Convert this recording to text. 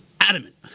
adamant